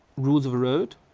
rules of the road,